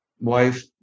wife